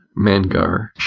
Mangar